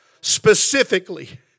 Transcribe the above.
specifically